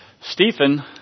Stephen